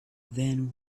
then